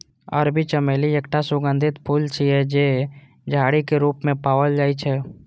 अरबी चमेली एकटा सुगंधित फूल छियै, जे झाड़ी के रूप मे पाओल जाइ छै